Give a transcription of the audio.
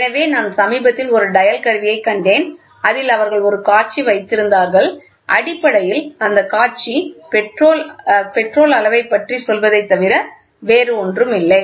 எனவே நான் சமீபத்தில் ஒரு டயல் கருவியைக் கண்டேன் அதில் அவர்கள் ஒரு காட்சி வைத்திருந்தார்கள் அடிப்படையில் அந்தக் காட்சி பெட்ரோல் அளவைப் பற்றி சொல்வதைத் தவிர வேறொன்றுமில்லை